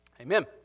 amen